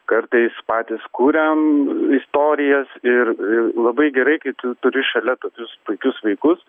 kartais patys kuriam istorijas ir ir labai gerai kai tu turi šalia tokius puikius vaikus